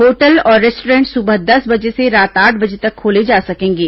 hotel और restaurant सुबह दस बजे से रात आठ बजे तक खोले जा सकेंगे